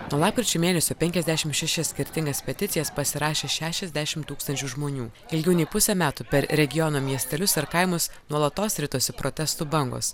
nuo lapkričio mėnesio penkiasdešim šešias skirtingas peticijas pasirašė šešiasdešim tūkstančių žmonių ilgiau nei pusę metų per regiono miestelius ar kaimus nuolatos ritosi protestų bangos